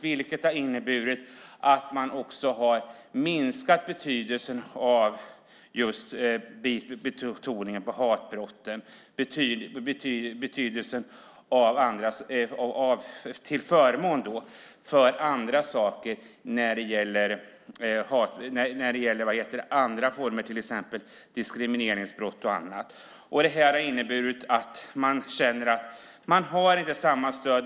Det har inneburit att man också har minskat betoningen på hatbrott till förmån för annat, till exempel diskrimineringsbrott. Därför känner man inte längre att man har samma stöd.